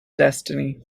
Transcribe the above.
destiny